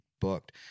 booked